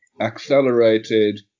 accelerated